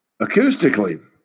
Acoustically